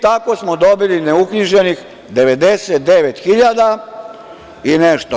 Tako smo dobili ne uknjiženih 99 i nešto.